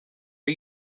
are